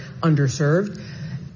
underserved